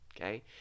okay